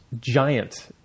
Giant